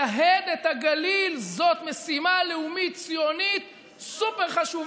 לייהד את הגליל זאת משימה לאומית ציונית סופר-חשובה,